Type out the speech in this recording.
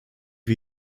wir